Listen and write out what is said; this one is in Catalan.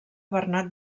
bernat